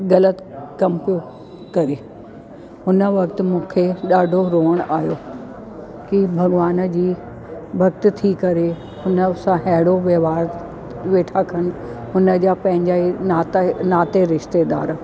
ग़लति कमु पियो करे हुन वक़्तु मूंखे ॾाढो रोअण आयो की भॻवानु जी भक्त थी करे हुन सां अहिड़ो वहिंवार वेठा कनि हुनजा पंहिंजा ई नाता नाते रिश्तेदारु